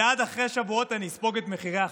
ועד אחרי שבועות אני אספוג את מחירי החלב.